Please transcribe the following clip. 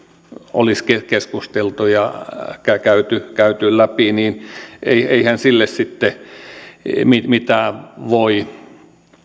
olisi keskusteltu ja käyty käyty läpi niin eihän sille sitten mitään voi